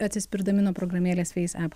atsispirdami nuo programėlės feis ep